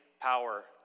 power